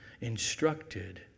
instructed